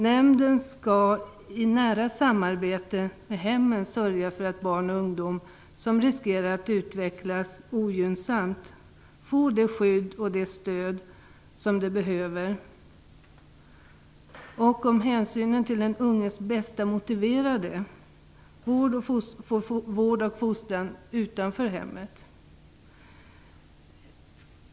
Nämnden skall i nära samarbete med hemmen sörja för att barn och ungdom som riskerar att utvecklas ogynnsamt får det skydd och det stöd som de behöver samt, om hänsynen till den unges bästa motiverar det, vård och fostran utanför hemmet.